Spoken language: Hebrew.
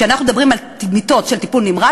כשאנחנו מדברים על מיטות של טיפול נמרץ